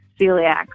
celiac